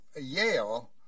Yale